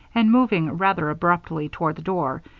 and moving rather abruptly toward the door,